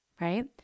right